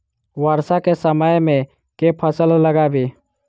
वर्षा केँ समय मे केँ फसल लगाबी?